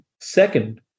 Second